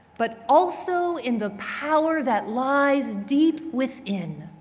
but also in the power that lies deep within.